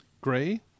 Gray